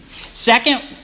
Second